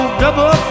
double